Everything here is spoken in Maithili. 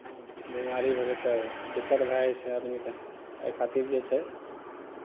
बेमारी भेलै तऽ दिक्कत भए जाइ छै आदमीकेँ एहि खातिर जे छै